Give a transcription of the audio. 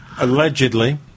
Allegedly